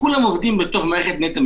כולם עובדים בתוך מערכת נט"ע משפט.